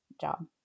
job